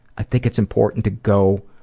i think it's important to go,